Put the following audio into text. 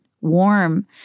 warm